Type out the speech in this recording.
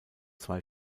zwei